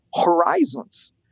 horizons